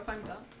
and